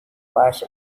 flash